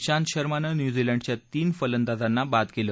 आंत शर्मानं न्यूझीलंडच्या तीन फलंदाजांना बाद केलं